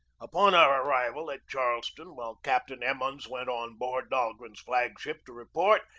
upon our arrival at charleston, while captain emmons went on board dahlgren's flag-ship to re port,